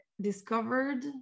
discovered